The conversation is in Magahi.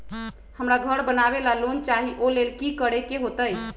हमरा घर बनाबे ला लोन चाहि ओ लेल की की करे के होतई?